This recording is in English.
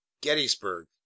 Gettysburg